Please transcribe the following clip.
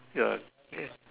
ya